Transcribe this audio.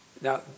Now